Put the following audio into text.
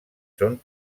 són